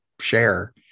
share